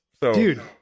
Dude